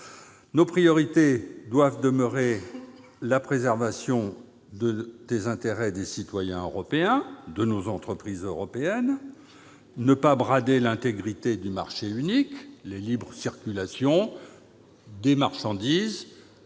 Notre priorité doit demeurer la préservation des intérêts des citoyens européens et de nos entreprises européennes. Veillons à ne pas brader l'intégrité du marché unique, la libre circulation des personnes,